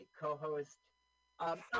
co-host